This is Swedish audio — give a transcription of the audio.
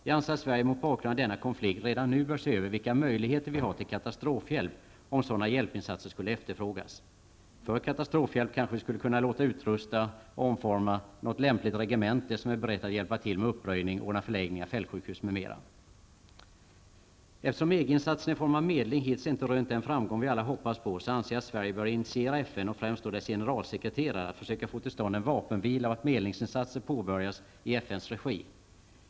Jag anser att Sverige mot bakgrund av denna konflikt redan nu bör se över vilka möjligheter vi har att ge katastrofhjälp om sådana hjälpinsatser skulle efterfrågas. För katastrofhjälp kanske vi skulle låta utrusta och omforma något lämpligt regemente som är berett att hjälpa till med uppröjning, med att ordna förläggningar, med fältsjukhus m.m. Eftersom EG-insatserna i form av medling hittills inte har rönt den framgång som vi alla har hoppats på, anser jag att Sverige bör initiera FN, och främst då dess generalsekreterare, att försöka få till stånd en vapenvila och att medlingsinsatser påbörjas i FNs regi.